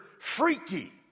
freaky